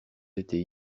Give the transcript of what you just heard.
été